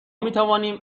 میتوانیم